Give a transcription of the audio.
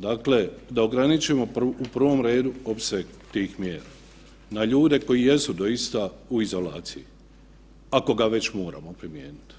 Dakle, da ograničimo u prvom redu opseg tih mjera na ljude koji jesu doista u izolaciji ako ga već moramo primijenit,